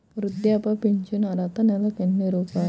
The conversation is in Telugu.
వృద్ధాప్య ఫింఛను అర్హత నెలకి ఎన్ని రూపాయలు?